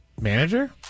Manager